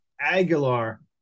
Aguilar